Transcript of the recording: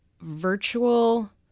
virtual